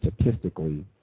statistically